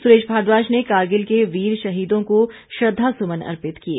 सुरेश भारद्वाज ने कारगिल के वीर शहीदों को श्रद्वासुमन अर्पित किए